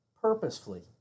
purposefully